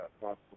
possible